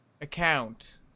account